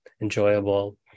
enjoyable